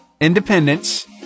independence